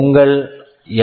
உங்கள் என்